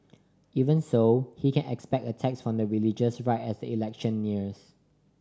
even so he can expect attacks from the religious right as the election nears